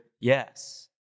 yes